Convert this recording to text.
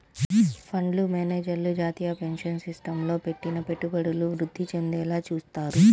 fund మేనేజర్లు జాతీయ pension సిస్టమ్లో పెట్టిన పెట్టుబడులను వృద్ధి చెందేలా చూత్తారు